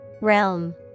Realm